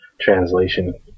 Translation